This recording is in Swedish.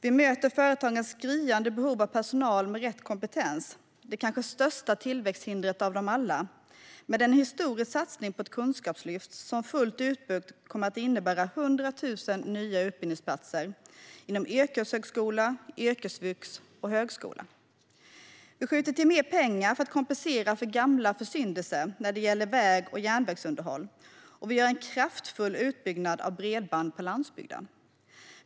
Vi möter företagens skriande behov av personal med rätt kompetens - det är kanske det största tillväxthindret av dem alla - med en historisk satsning på ett kunskapslyft som fullt utbyggt kommer att innebära 100 000 nya utbildningsplatser inom yrkeshögskola, yrkesvux och högskola. Vi skjuter till mer pengar för att kompensera för gamla försyndelser när det gäller väg och järnvägsunderhåll, och vi gör en kraftfull utbyggnad av bredband på landsbygden.